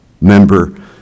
member